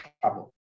trouble